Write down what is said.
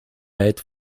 bed